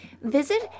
Visit